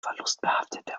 verlustbehaftete